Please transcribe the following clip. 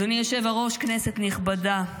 אדוני היושב-ראש, כנסת נכבדה,